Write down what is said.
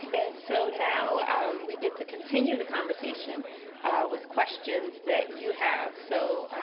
and so now we get to continue the conversation with questions that you have. so,